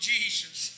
Jesus